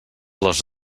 les